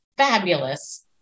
Fabulous